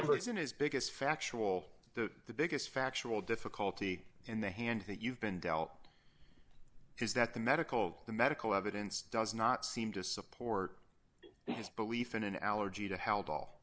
bullets in his biggest factual the biggest factual difficulty in the hand that you've been dealt is that the medical the medical evidence does not seem to support his belief in an allergy to help all